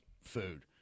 food